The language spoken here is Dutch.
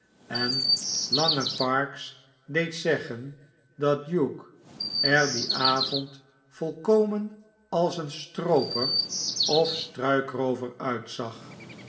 en langen parkes deed zeggen dat hugh er dien avond volkomen als een strooper of struikroover uitzag